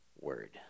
word